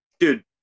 Dude